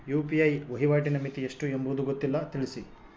UPI ವಹಿವಾಟಿನ ಮಿತಿ ಎಷ್ಟು ಎಂಬುದು ಗೊತ್ತಿಲ್ಲ? ತಿಳಿಸಿ?